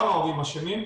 גם ההורים אשמים,